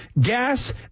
gas